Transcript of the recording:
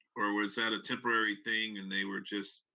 or was that a temporary thing and they were just